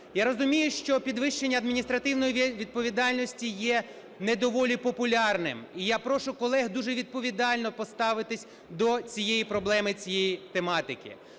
Я розумію, що підвищення адміністративної відповідальності є не доволі популярним. І я прошу колег дуже відповідально поставитись до цієї проблеми, цієї тематики.